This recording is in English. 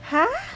ha